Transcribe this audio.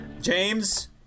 James